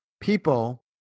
people